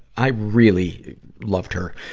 i really loved her.